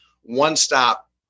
one-stop